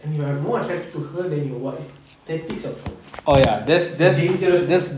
and you are more attracted to her than your wife that is a problem it's a dangerous